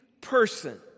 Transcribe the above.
person